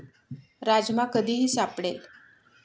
राजमा कधीही सापडेल